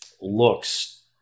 looks